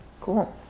Cool